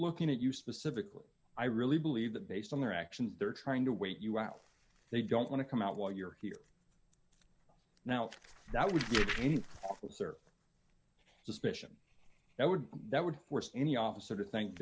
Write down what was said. looking at you specifically i really believe that based on their actions they're trying to wait you out they don't want to come out while you're here now that would give any officer suspicion that would that would force any officer to think